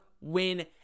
win